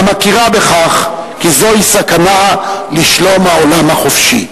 המכירה בכך שזוהי סכנה לשלום העולם החופשי.